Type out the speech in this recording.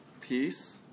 peace